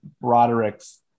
Broderick's